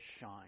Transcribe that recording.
shine